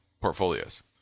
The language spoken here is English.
portfolios